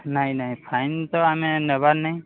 ନାଇଁ ନାଇଁ ଫାଇନ୍ ତ ଆମେ ନେବାର ନାଇଁ